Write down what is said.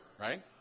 Right